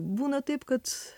būna taip kad